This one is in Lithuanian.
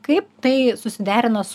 kaip tai susiderina su